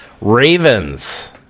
Ravens